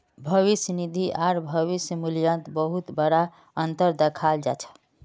भविष्य निधि आर भविष्य मूल्यत बहुत बडा अनतर दखाल जा छ